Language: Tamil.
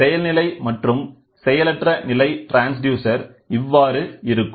செயல் நிலை மற்றும் செயலற்ற நிலை ட்ரான்ஸ்டியூசர் இவ்வாறு இருக்கும்